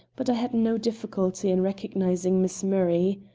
but i had no difficulty in recognizing miss murray.